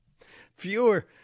fewer